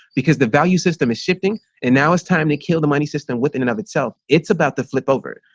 because the value system is shifting. and now it's time to kill the money system within and of itself. it's about the flip over.